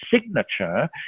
signature